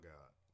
God